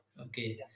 okay